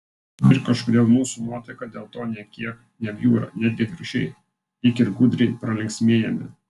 ir kažkodėl mūsų nuotaika dėl to nė kiek nebjūra netgi atvirkščiai lyg ir gudriai pralinksmėjame